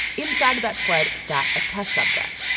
inside of that sled sat a test subject.